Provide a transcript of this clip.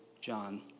John